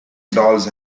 dolls